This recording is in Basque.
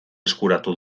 eskuratu